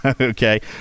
Okay